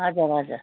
हजुर हजुर